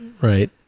Right